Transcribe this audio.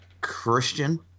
Christian